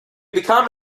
become